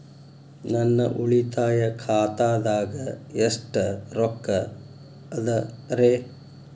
ನನ್ನ ಉಳಿತಾಯ ಖಾತಾದಾಗ ಎಷ್ಟ ರೊಕ್ಕ ಅದ ರೇ?